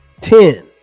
Ten